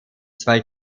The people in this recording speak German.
zwei